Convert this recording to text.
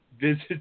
visit